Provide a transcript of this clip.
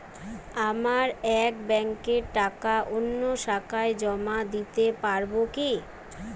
আমার এক ব্যাঙ্কের টাকা অন্য শাখায় জমা দিতে পারব কি?